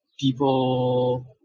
People